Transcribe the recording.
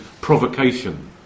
provocation